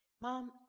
Mom